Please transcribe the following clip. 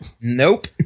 Nope